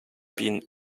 been